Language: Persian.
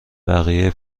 بقیه